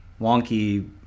wonky